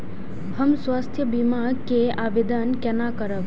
हम स्वास्थ्य बीमा के आवेदन केना करब?